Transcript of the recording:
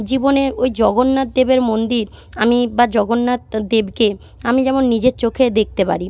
জীবনে ওই জগন্নাথদেবের মন্দির আমি বা জগন্নাথদেবকে আমি যেমন নিজের চোখে দেখতে পারি